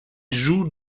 joue